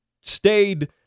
stayed